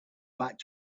back